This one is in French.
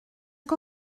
que